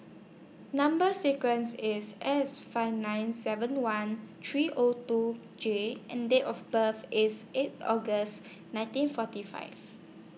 Number sequence IS S five nine seven one three O two J and Date of birth IS eight August nineteen forty five